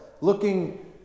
looking